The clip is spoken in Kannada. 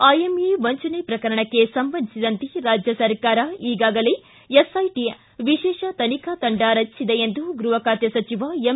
ಐಎಂಎ ವಂಚನೆ ಪ್ರಕರಣಕ್ಕೆ ಸಂಬಂಧಿಸಿದಂತೆ ರಾಜ್ಯಸರ್ಕಾರ ಈಗಾಗಲೇ ಎಸ್ಐಟ ವಿಶೇಷ ತನಿಖಾ ತಂಡ ರಚಿಸಿದೆ ಎಂದು ಗೃಹ ಖಾತೆ ಸಚಿವ ಎಂ